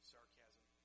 Sarcasm